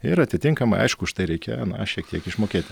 ir atitinkamai aišku už tai reikia na šiek tiek išmokėti